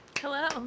Hello